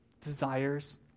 desires